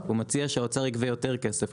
הוא מציע שהאוצר יגבה יותר כסף.